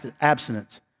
abstinence